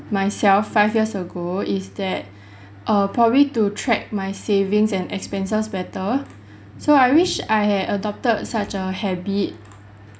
myself five years ago is that uh probably to track my savings and expenses better so I wish I had adopted such a habit